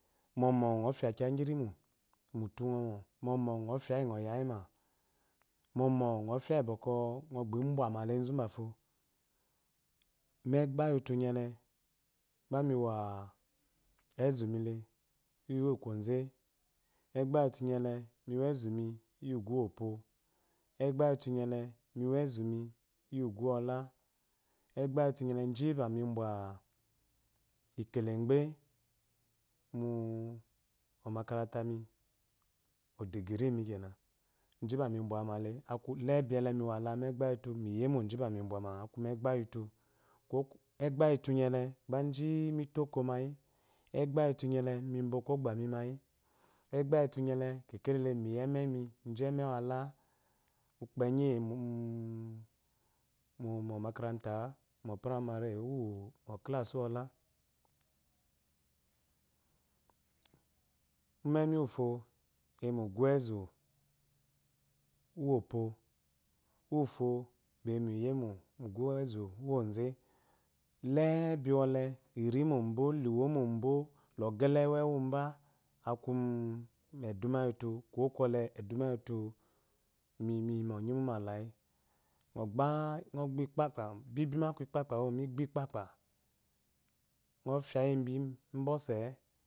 Mɔmɔ ngɔ fya kiya igi irimo mu utumɔmɔ, mɔmɔ ngɔ fya iyi ngɔ yayima, mɔmɔ ngɔ fya lyi bwɔkwɔ ngɔ gbebwama la enzu nbafo. mu egba yi ufu nyele gba me wa ezu mile lyi kwonze, egba yi utu nyele mi wa ezu mi lyi ugwu uwopo egba lyi utu nyele mi wa ezu mi iyi ugwu uwola, egba nyele ji mba mi gwa mi bwa ikelegbe mu omakarata mi odi giri kenan jiba mi bwawuma lé bi élé miwa lé aku mu egba yi utu, lyemo ji ba mu imbwama aku egba iyi utu. ko egba yi utunyele ji mi ti oko mayi egba lyi utu nyele kek lele miyi emye wala, ukpenyi eyi mu mo makarata'a primary uwu o class uwola. umye mi uwufo ba eyi mu ugwu wezu uwopo uwufo ba eyi yemo lyi ugwu wezu uwoze. lebi irimbola iwomombo, la ogele uwu ewumba aku mu eduma lyi ut, kuwo kwole eduma lyi utu mi miyi mu ɔnye muma layi. ngɔ gba, ngɔ gba ikpakpa bibi ma aku ikpakpa mo.